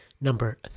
number